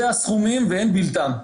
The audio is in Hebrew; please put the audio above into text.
אלו הסכומים ואין בלתם.